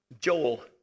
Joel